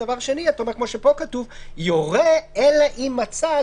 דבר שני הוא כפי שכתוב פה: "יורה אלא אם מצא",